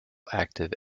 active